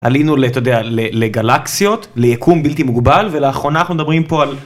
עלינו, אתה יודע, לגלקסיות, ליקום בלתי מוגבל, ולאחרונה אנחנו מדברים פה על...